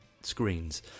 screens